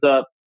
up